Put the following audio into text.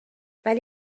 ولی